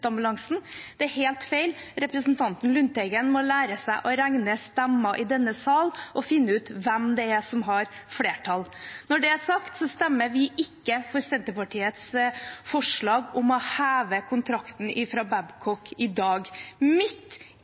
Det er helt feil. Representanten Lundteigen må lære seg å regne stemmer i denne sal og finne ut hvem det er som har flertall. Når det er sagt, stemmer vi ikke for Senterpartiets forslag om å heve kontrakten med Babcock i dag,